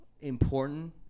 important